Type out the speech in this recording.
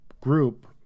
group